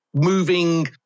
moving